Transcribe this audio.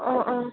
অঁ অঁ